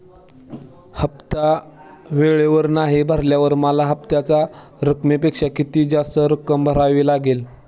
हफ्ता वेळेवर नाही भरल्यावर मला हप्त्याच्या रकमेपेक्षा किती जास्त रक्कम भरावी लागेल?